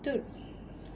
dude